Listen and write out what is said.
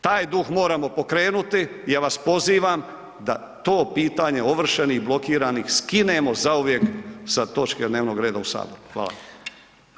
Taj duh moramo pokrenuti i ja vas pozivam da to pitanje ovršenih i blokiranih skinemo zauvijek sa točke dnevnog reda u Saboru.